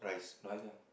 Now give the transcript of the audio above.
rice ah